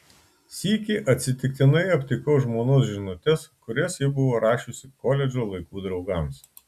sykį atsitiktinai aptikau žmonos žinutes kurias ji buvo rašiusi koledžo laikų draugams